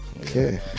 Okay